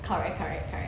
correct correct correct